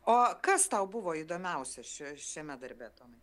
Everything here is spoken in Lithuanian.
o kas tau buvo įdomiausia šia šiame darbe tomai